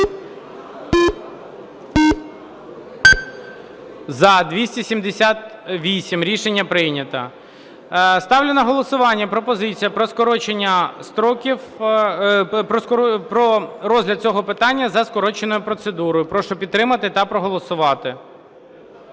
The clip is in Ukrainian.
За-278 Рішення прийнято. Ставлю на голосування пропозицію про розгляд цього питання за скороченою процедурою. Прошу підтримати та проголосувати.